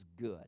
good